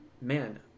man